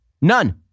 none